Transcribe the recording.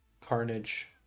Carnage